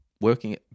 working